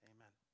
Amen